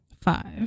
Five